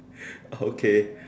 okay